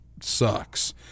sucks